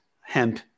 hemp